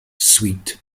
sweet